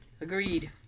Agreed